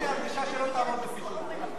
יש לי הרגשה שלא תעמוד בפיתוי.